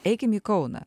eikim į kauną